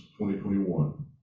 2021